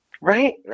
Right